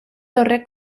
torre